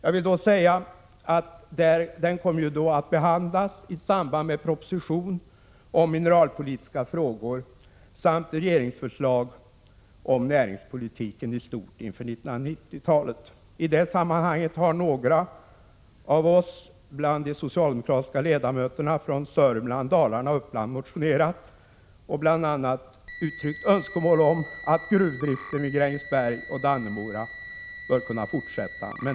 Frågan kommer att behandlas i propositionen om mineralpolitiska frågor samt i regeringens förslag om näringspolitiken i stort inför 1990-talet. I detta sammanhang har några av oss bland de socialdemokratiska ledamöterna från Sörmland, Dalarna och Uppland motionerat och uttryckt önskemål om att gruvdriften i Grängesberg och Dannemora skall fortsätta.